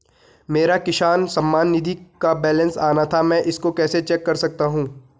मेरा किसान सम्मान निधि का बैलेंस आना था मैं इसको कैसे चेक कर सकता हूँ?